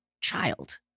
child